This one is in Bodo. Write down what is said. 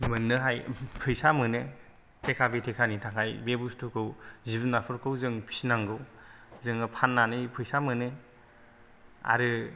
मोननो हायो फैसा मोनो थेखा बेथेखानि थाखाय बे बुसथुखौ जिब जुनादफोरखौ जों फिसिनांगौ जोङो फाननानै फैसा मोनो आरो